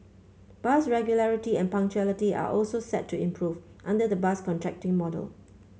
bus regularity and punctuality are also set to improve under the bus contracting model